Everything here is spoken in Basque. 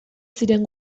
ziren